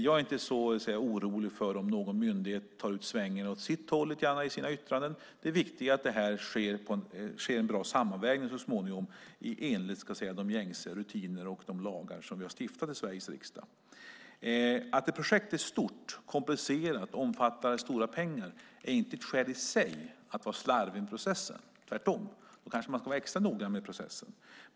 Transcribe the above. Jag är inte så orolig för om någon myndighet tar ut svängarna åt sitt håll i sina yttranden. Det viktiga är att det sker en bra sammanvägning så småningom i enlighet med gängse rutiner och de lagar som vi har stiftat i Sveriges riksdag. Att ett projekt är stort, komplicerat och omfattar stora pengar är inte ett skäl i sig att vara slarvig med processen - tvärtom kanske man ska vara extra noga med processen.